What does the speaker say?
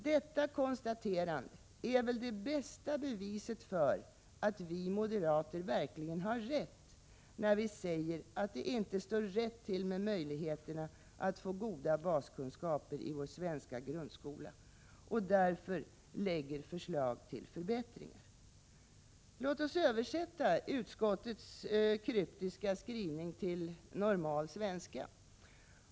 Detta konstaterande är väl det bästa beviset för, att vi moderater verkligen har rätt, när vi säger, att det inte står rätt till med möjligheterna att få goda baskunskaper i vår svenska grundskola och lägger fram förslag till förbättringar. Låt oss översätta utskottets kryptiska skrivning till normal svenska!